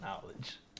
knowledge